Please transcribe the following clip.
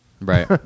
right